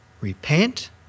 Repent